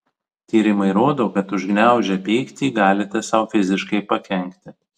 tyrimai rodo kad užgniaužę pyktį galite sau fiziškai pakenkti